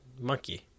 monkey